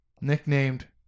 Nicknamed